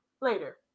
later